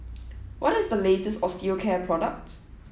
what is the latest Osteocare product